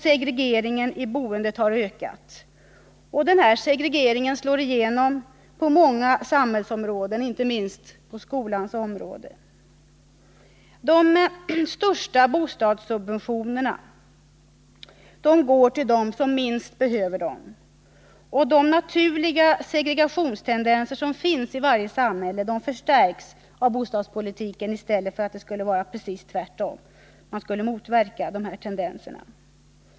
Segregeringen i boendet har ökat, och den slår igenom på många samhällsområden, inte minst på skolans område. De största bostadssubventionerna går till dem som minst behöver subventioner, och de ”naturliga” segregationstendenser som finns i varje samhälle förstärks av bostadspolitiken, i stället för att det borde vara precis tvärtom — man skulle motverka de här tendenserna.